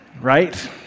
Right